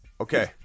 Okay